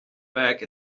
back